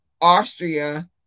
Austria